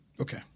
Okay